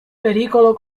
pericolo